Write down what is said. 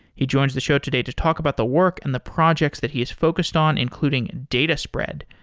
he joins the show today to talk about the work and the projects that he is focused on, including data spread,